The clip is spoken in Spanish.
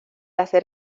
hacer